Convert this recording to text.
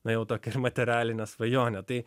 na jau tokią ir materialinę svajonę tai